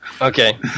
Okay